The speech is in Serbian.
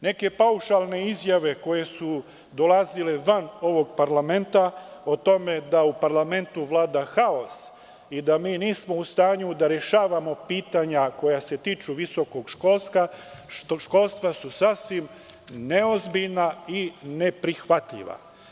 Neke paušalne izjave koje su dolazile van ovog parlamenta, o tome da u parlamentu vlada haos i da mi nismo u stanju da rešavamo pitanja koja se tiču visokog školstva, su sasvim neozbiljna i neprihvatljiva.